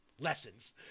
lessons